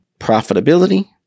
profitability